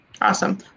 Awesome